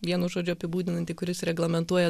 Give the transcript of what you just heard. vienu žodžiu apibūdinantį kuris reglamentuoja